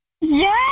Yes